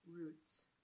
roots